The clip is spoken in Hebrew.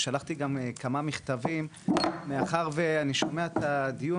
שלחתי גם כמה מכתבים מאחר ואני שומע את הדיון